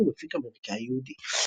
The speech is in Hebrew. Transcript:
סופר ומפיק אמריקאי יהודי.